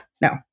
no